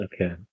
okay